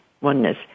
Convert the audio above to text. oneness